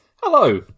Hello